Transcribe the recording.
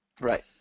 Right